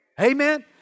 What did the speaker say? Amen